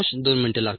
2 मिनिटे लागतात